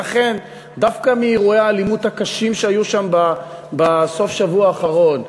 ולכן דווקא מאירועי האלימות הקשים שהיו שם בסוף השבוע האחרון,